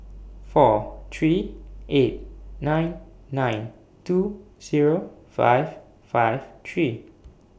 four three eight nine nine two Zero five five three